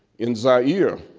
in zaire,